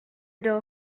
door